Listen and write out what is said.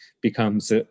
becomes